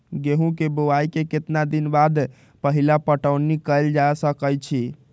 गेंहू के बोआई के केतना दिन बाद पहिला पटौनी कैल जा सकैछि?